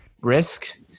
risk